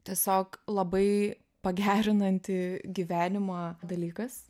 tiesiog labai pagerinanti gyvenimą dalykas